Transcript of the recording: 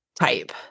type